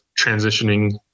transitioning